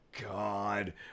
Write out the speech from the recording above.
God